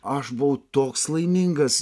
aš buvau toks laimingas